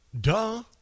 Duh